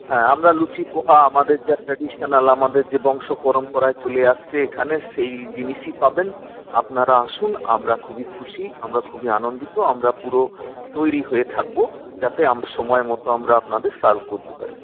হ্যাঁ আমরা লুচি পোহা আমাদের যা ট্র্যাডিশনল আমাদের যে বংশপরম্পরায় চলে আসছে এখানে সেই জিনিসই পাবেন আপনারা আসুন আমরা খুবই খুশি আমরা খুবই আনন্দিত আমরা পুরো তৈরি হয়ে থাকব যাতে সময় মতো আমরা আপনাদের সার্ভ করতে পারি